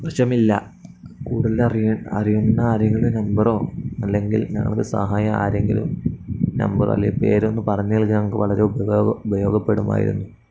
വശമില്ല കൂടുതൽ അറിയാൻ അറിയുന്ന ആരെങ്കിലും നമ്പറോ അല്ലെങ്കിൽ ഞങ്ങൾക്ക് സഹായം ആരെങ്കിലും നമ്പറോ അല്ലെങ്കിൽ പേരൊന്ന് പറഞ്ഞ് നൽകാമോ ഞങ്ങൾക്ക് വളരെ ഉപയോഗം ഉപയോഗപ്പെടുമായിരുന്നു